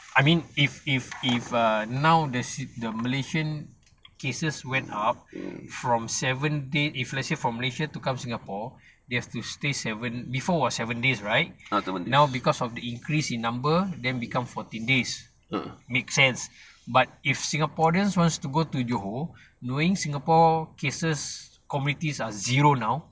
I mean if if if now err the malaysian cases went up from seven day if let's say from malaysia to come singapore you have to stay before was seven days right now because of the increase in number then become fourteen days make sense but if singaporeans wants to go johor knowing singapore cases community cases are zero now